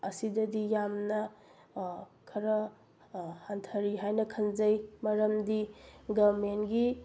ꯑꯁꯤꯗꯗꯤ ꯌꯥꯝꯅ ꯈꯔ ꯍꯟꯊꯔꯤ ꯍꯥꯏꯅ ꯈꯟꯖꯩ ꯃꯔꯝꯗꯤ ꯒꯣꯕꯔꯃꯦꯟꯒꯤ